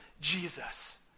Jesus